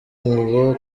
ngo